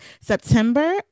September